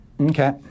Okay